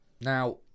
now